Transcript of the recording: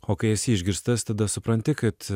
o kai esi išgirstas tada supranti kad